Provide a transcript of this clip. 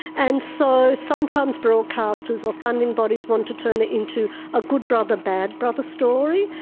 and so sometimes broadcasters or funding bodies want to turn it into a good brother bad brother story,